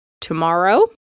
tomorrow